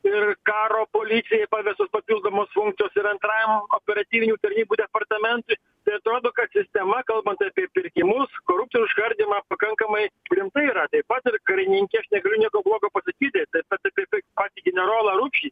ir karo policijai pavestos papildomos funkcijos ir antrajam operatyvinių tarnybų departamentui tai atrodo kad sistema kalbant apie pirkimus korpucijų užkardymą pakankamai rimta yra taip pat ir karininkija aš negaliu nieko blogo pasakyti taip pat ir apie patį generolą rupšį